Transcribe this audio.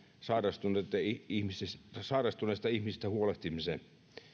sairastuneista ihmisistä sairastuneista ihmisistä huolehtimisen